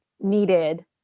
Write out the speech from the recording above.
needed